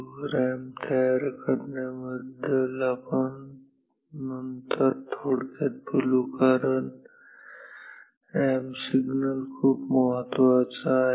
आपण रॅम्प तयार करण्याबद्दल नंतर थोडक्यात बोलू कारण हा रॅम्प सिग्नल खूप महत्त्वाचा आहे